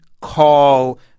call